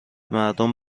مردم